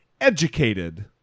educated